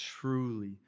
Truly